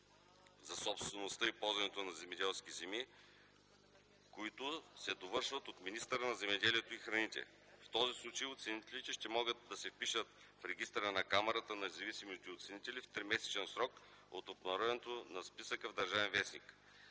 за собствеността и ползването на земеделските земи, които се довършват от министъра на земеделието и храните. В този случай оценителите ще могат да се впишат в регистъра на Камарата на независимите оценители в тримесечен срок от обнародването на списъка в „Държавен вестник”.